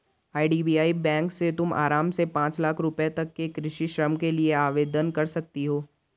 IDBI bank से तुम आराम से पाँच लाख रुपयों तक के कृषि ऋण के लिए आवेदन कर सकती हो